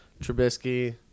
Trubisky